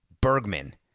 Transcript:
Bergman